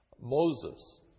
Moses